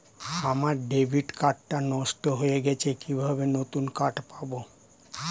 আমার debit card টা নষ্ট হয়ে গেছে কিভাবে নতুন কার্ড পাব?